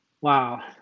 Wow